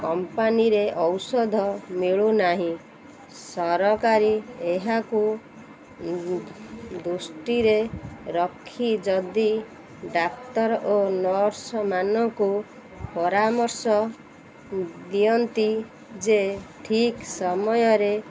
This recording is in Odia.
କମ୍ପାନୀରେ ଔଷଧ ମିଳୁନାହିଁ ସରକାରୀ ଏହାକୁ ଦୃଷ୍ଟିରେ ରଖି ଯଦି ଡାକ୍ତର ଓ ନର୍ସମାନଙ୍କୁ ପରାମର୍ଶ ଦିଅନ୍ତି ଯେ ଠିକ୍ ସମୟରେ